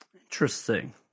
Interesting